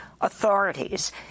authorities